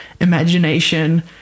imagination